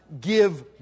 give